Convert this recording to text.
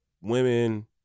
women